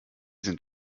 sind